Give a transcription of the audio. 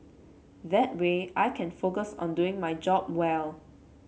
that way I can focus on doing my job well